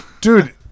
Dude